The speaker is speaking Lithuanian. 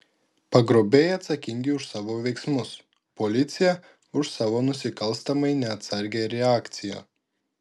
pagrobėjai atsakingi už savo veiksmus policija už savo nusikalstamai neatsargią reakciją